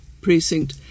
Precinct